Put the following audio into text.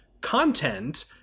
content